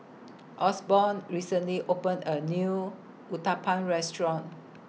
Osborn recently opened A New Uthapam Restaurant